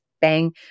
bang